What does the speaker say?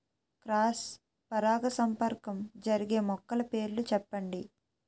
Cross పరాగసంపర్కం జరిగే మొక్కల పేర్లు చెప్పండి?